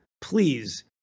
please